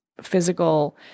physical